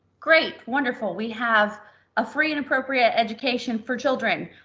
great, wonderful. we have a free and appropriate education for children.